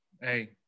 Hey